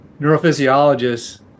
neurophysiologists